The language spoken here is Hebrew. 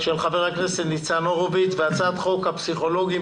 של חבר הכנסת ניצן הורוביץ והצעת חוק הפסיכולוגים